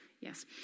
Yes